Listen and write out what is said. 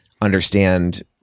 understand